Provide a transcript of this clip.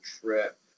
trip